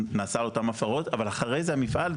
אבל אחרי זה המפעל,